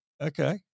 Okay